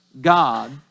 God